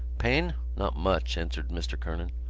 pain? not much, answered mr. kernan.